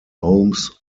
holmes